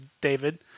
David